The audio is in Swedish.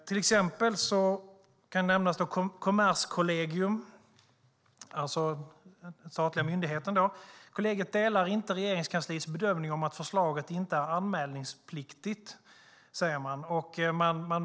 Till exempel säger Kommerskollegium, den statliga myndigheten: "Kollegiet delar inte Regeringskansliets bedömning om att förslaget inte är anmälningspliktigt."